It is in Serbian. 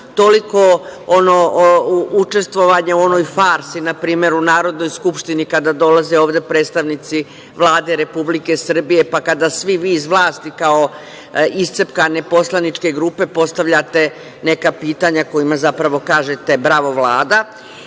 toliko učestvovanje u onoj farsi, na primer, u Narodnoj skupštini kada dolaze ovde predstavnici Vlade Republike Srbije, pa kada svi vi iz vlasti kao iscepkane poslaničke grupe postavljate neka pitanja kojima zapravo kažete - „bravo Vlada“